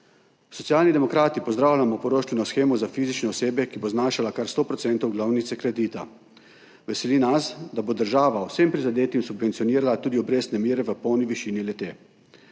Socialni demokrati pozdravljamo poroštveno shemo za fizične osebe, ki bo znašala kar 100 % glavnice kredita. Veseli nas, da bo država vsem prizadetim subvencionirala tudi obrestne mere v polni višini le-te.